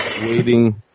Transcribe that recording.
waiting